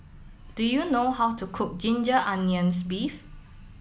do you know how to cook Ginger Onions Beef